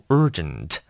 urgent